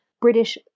British